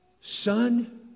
Son